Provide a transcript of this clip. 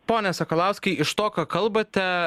pone sakalauskai iš to ką kalbate